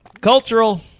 Cultural